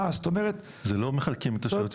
אה, זאת אומרת --- זה לא מחלקים את השאלות.